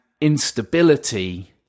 instability